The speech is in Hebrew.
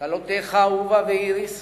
כלותיך אהובה ואיריס,